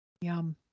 Yum